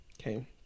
Okay